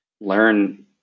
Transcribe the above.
learn